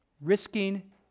Risking